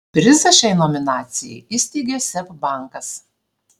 prizą šiai nominacijai įsteigė seb bankas